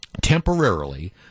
temporarily